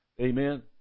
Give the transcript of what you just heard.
Amen